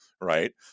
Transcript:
right